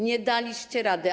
Nie daliście rady.